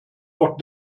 auch